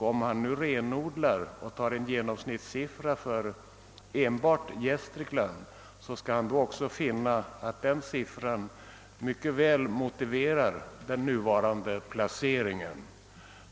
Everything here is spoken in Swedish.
Om han renodlar och tar en genomsnittssiffra för enbart Gästrikland, skall han då också finna, att den siffran mycket väl motiverar den nuvarande placeringen.